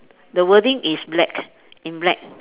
the wording is black in black